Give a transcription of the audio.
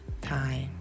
time